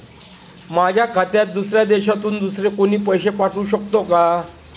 माझ्या खात्यात दुसऱ्या देशातून दुसरे कोणी पैसे पाठवू शकतो का?